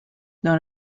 dans